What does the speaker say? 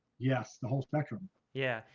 yes the whole spectrum yeah,